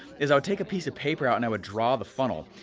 is i would take a piece of paper out, and i would draw the funnel,